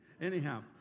Anyhow